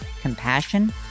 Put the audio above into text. compassion